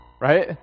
right